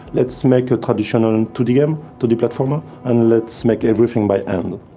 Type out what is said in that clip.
let's make a traditional and two d game, two d platformer, and let's make everything by and